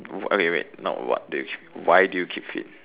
oh wait not what they why do you keep fit